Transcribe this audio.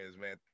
man